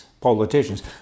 politicians